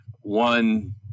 one